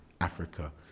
Africa